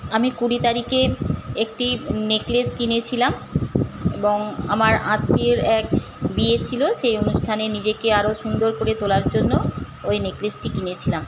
আমি কুড়ি তারিখে একটি নেকলেস কিনেছিলাম এবং আমার আত্মীয়ের এক বিয়ে ছিল সেই অনুষ্ঠানে নিজেকে আরও সুন্দর করে তোলার জন্য ওই নেকলেসটি কিনেছিলাম